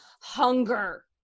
hunger